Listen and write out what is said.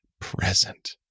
present